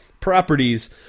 properties